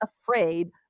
afraid